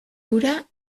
ura